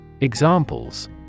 Examples